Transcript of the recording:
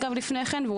חשוב לקיים אותו.